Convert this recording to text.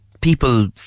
people